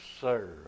sir